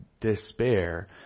despair